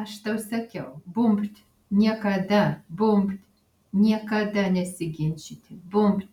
aš tau sakiau bumbt niekada bumbt niekada nesiginčyti bumbt